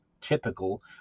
typical